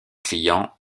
client